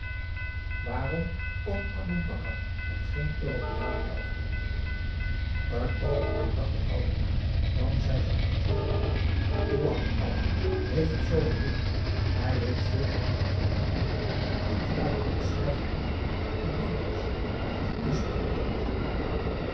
boe akar dan geen uropeaan blijven en oogenblik dacht de oude na dan zei ze onverstoorbaar kalm toewan allah heeft het zoo gewild hij heeft silver doen vergeten dat kind te laten opschrijven in het boek der blanda's het is een wonder